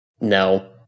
no